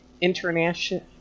international